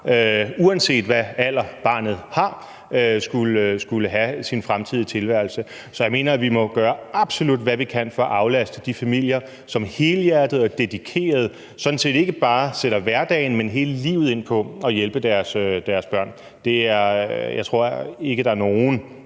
uanset hvad for en alder barnet har, skulle have sin fremtidige tilværelse. Så jeg mener, at vi absolut må gøre, hvad vi kan, for at aflaste de familier, som sådan set helhjertet og dedikeret ikke bare sætter hverdagen, men hele livet ind på at hjælpe deres børn. Jeg tror ikke, der er nogen,